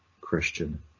Christian